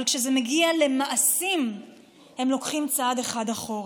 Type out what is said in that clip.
אבל כשזה מגיע למעשים הם לוקחים צעד אחד אחורה.